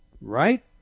right